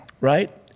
right